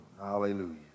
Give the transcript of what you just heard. Hallelujah